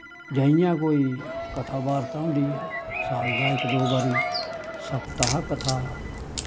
जां इ'यां कोई कथा बार्ता होंदी ऐ साल दा इक दो बारी सप्ताह् कथा